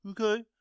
okay